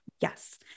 yes